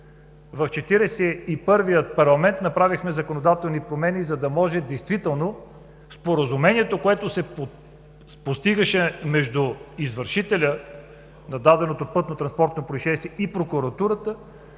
първия парламент, направихме законодателни промени, за да може действително споразумението, което се постигаше между извършителя на даденото пътно-транспортно произшествие и прокуратурата,